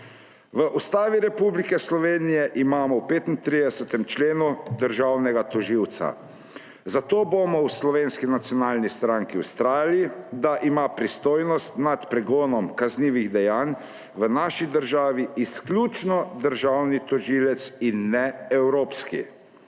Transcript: V Ustavi Republike Slovenije imamo v 35. členu državnega tožilca, zato bomo v Slovenski nacionalni stranki vztrajali, da ima pristojnost nad pregonom kaznivih dejanj v naši državi izključno državni tožilec in ne evropski.